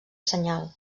senyal